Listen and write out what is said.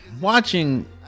watching